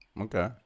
Okay